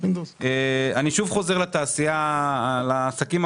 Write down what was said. אני חוזר לנושא של התעשייה הקטנה.